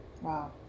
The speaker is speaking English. Wow